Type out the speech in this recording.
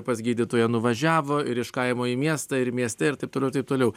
pas gydytoją nuvažiavo ir iš kaimo į miestą ir mieste ir taip toliau ir taip toliau